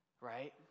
right